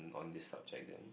on this subject that